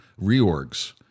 Reorgs